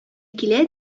килә